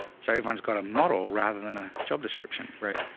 so everyone's got a model rather than a job description. right?